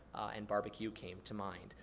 and barbecue came to mind.